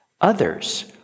Others